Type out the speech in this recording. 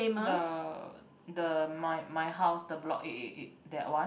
the the my my house the block eight eight eight that one